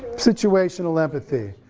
situational empathy,